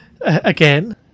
Again